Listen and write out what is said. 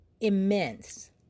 immense